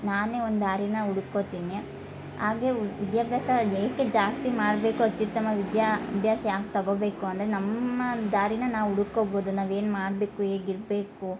ನಾನೇ ಒಂದು ದಾರಿನ ಹುಡ್ಕೊತೀನಿ ಹಾಗೆ ವಿದ್ಯಾಭ್ಯಾಸ ಏಕೆ ಜಾಸ್ತಿ ಮಾಡಬೇಕು ಅತ್ಯುತ್ತಮ ವಿದ್ಯಾಭ್ಯಾಸ ಯಾಕೆ ತಗೊಬೇಕು ಅಂದರೆ ನಮ್ಮ ದಾರಿನ ನಾವು ಹುಡುಕೊಬೋದು ನಾವು ಏನು ಮಾಡಬೇಕು ಹೇಗೆ ಇರಬೇಕು